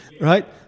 right